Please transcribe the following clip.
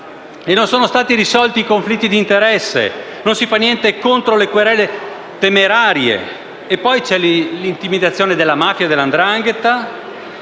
non sono stati risolti i conflitti di interesse, non si fa niente contro le querele temerarie e vige il problema dell'intimidazione della mafia e della 'ndrangheta.